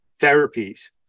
therapies